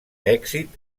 èxit